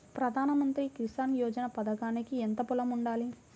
ప్రధాన మంత్రి కిసాన్ యోజన పథకానికి ఎంత పొలం ఉండాలి?